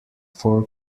four